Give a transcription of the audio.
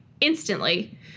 instantly